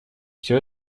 все